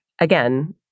Again